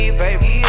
baby